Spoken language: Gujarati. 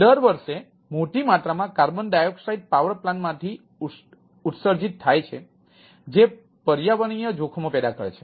દર વર્ષે મોટી માત્રામાં કાર્બન ડાયોક્સાઇડ પાવર પ્લાન્ટમાંથી ઉત્સર્જિત થાય છે જે પર્યાવરણીય જોખમો પેદા કરે છે